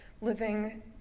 living